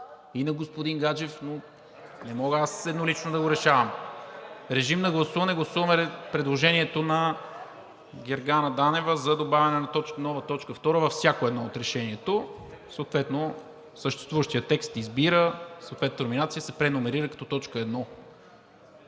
и на господин Гаджев, не мога аз еднолично да го решавам. Режим на гласуване – гласуваме предложението на Гергана Данева за добавяне на нова т. 2 във всяко едно от решенията, съответно съществуващият текст: „Избира“, съответната номерация се преномерира като т. 1.